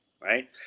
right